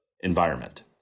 environment